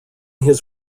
his